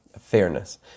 fairness